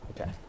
Okay